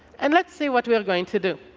and let's see what we are going to do.